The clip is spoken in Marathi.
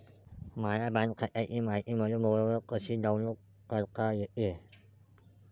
माह्या बँक खात्याची मायती मले मोबाईलवर कसी डाऊनलोड करता येते?